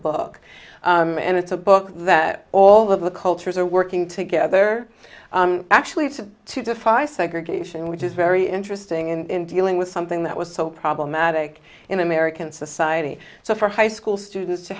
book and it's a book that all of the cultures are working together actually to to defy segregation which is very interesting in dealing with something that was so problematic in american society so for high school students to